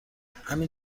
همین